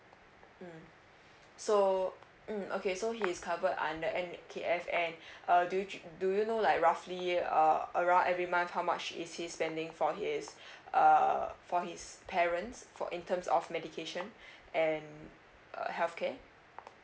mm so mm okay so he's cover under N_K_F and uh do you trea~ do you know like roughly uh around every month how much is his spending for his uh for his parents for in terms of medication and uh health care